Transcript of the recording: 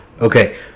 Okay